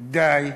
די,